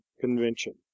convention